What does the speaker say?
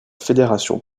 fédération